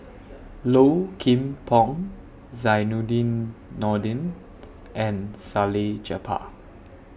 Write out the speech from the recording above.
Low Kim Pong Zainudin Nordin and Salleh Japar